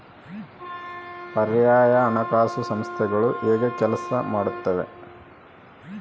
ಪರ್ಯಾಯ ಹಣಕಾಸು ಸಂಸ್ಥೆಗಳು ಹೇಗೆ ಕೆಲಸ ಮಾಡುತ್ತವೆ?